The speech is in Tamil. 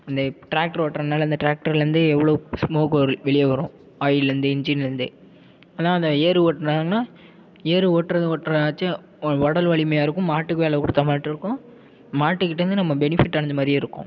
அந்த ட்ராக்ட்ரு ஓட்டுறதுனால அந்த ட்ராக்டர்லேந்து எவ்வளோ ஸ்மோக் வரு வெளியே வரும் ஆயில்லேந்து இன்ஜின்லேந்து ஆனால் அந்த ஏறு ஓட்டுனாங்கன்னா ஏறு ஓட்டுறது ஓட்றாச்சும் உடல் வலிமையாக இருக்கும் மாட்டுக்கும் வேலை கொடுத்தமாட்டு இருக்கும் மாட்டுக்கிட்டேந்து நம்ம பெனிஃபிட் அடைஞ்ச மாதிரியும் இருக்கும்